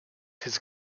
his